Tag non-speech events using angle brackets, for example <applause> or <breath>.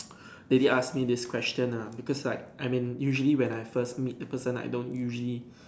<breath> they did ask me this question ah because like I mean usually when I first meet a person I don't usually